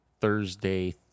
thursday